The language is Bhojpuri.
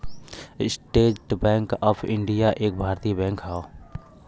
स्टेट बैंक ऑफ इण्डिया एक भारतीय बैंक हौ